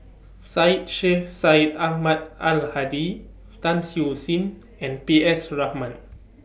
Syed Sheikh Syed Ahmad Al Hadi Tan Siew Sin and P S Raman